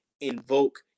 invoke